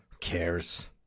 cares